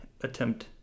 attempt